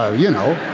ah you know,